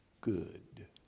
good